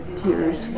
tears